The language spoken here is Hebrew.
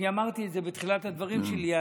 אמרתי את זה בתחילת הדברים שלי,